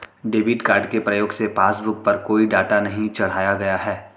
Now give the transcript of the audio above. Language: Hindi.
डेबिट कार्ड के प्रयोग से पासबुक पर कोई डाटा नहीं चढ़ाया गया है